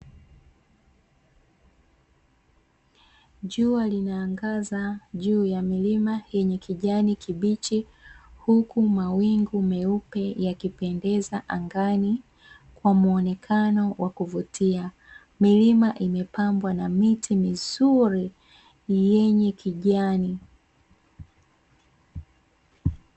Jua linaangaza juu ya milima yenye kijani kibichi, huku mawingu meupe yakipendeza angani kwa muonekano wa kuvutia. Milima imepambwa na miti mizuri yenye kijani.